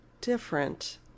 different